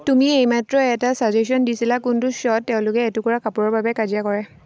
তুমি এইমাত্ৰ এটা ছাজেশ্যন দিছিলা কোনটো শ্ব'ত তেওঁলোকে এটুকুৰা কাপোৰৰ বাবে কাজিয়া কৰে